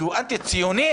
כי הוא אנטי ציוני?